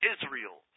Israel